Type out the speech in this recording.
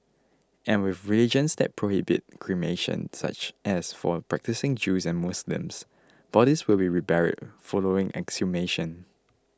and with religions that prohibit cremation such as for practising Jews and Muslims bodies will be reburied following exhumation